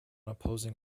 opposing